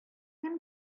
һәм